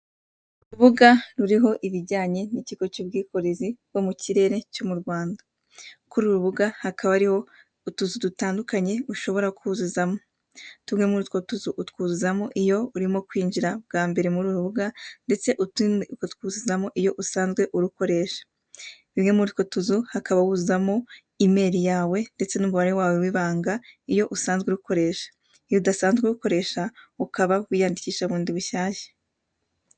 Urubuga ruriho ibijyanye n'ikigo cy'ubwikorezi bwo mu kirere cyo mu Rwanda. Kuri uru rubuga hakaba hariho utuzu dutandukanye ushobora kuzuzamo. Tumwe muri utwo tuzu utwuzuzamo iyo urimo kwinjira bwa mbere muri uru rubuga ndetse utundi ukatwuzuzamo iyo usanzwe urukoresha. Bimwe muri utwo tuzu, hakaba wuzuzamo emeli yawe ndetse n'umubare wawe w'ibanga iyo usanzwe urukoresha, iyo udasanzwe urukoresha, ukaba wiyandikisha bundi bushyashya.